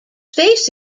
face